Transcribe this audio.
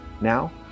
now